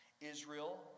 Israel